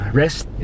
rest